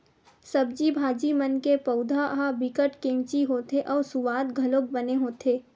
सब्जी भाजी मन के पउधा ह बिकट केवची होथे अउ सुवाद घलोक बने होथे